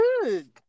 good